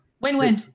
Win-win